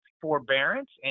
forbearance